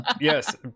yes